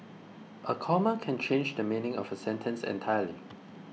a comma can change the meaning of a sentence entirely